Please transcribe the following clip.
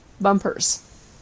bumpers